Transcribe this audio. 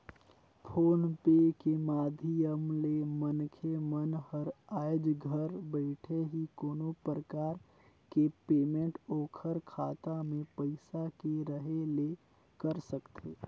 phone पे के माधियम ले मनखे मन हर आयज घर बइठे ही कोनो परकार के पेमेंट ओखर खाता मे पइसा के रहें ले कर सकथे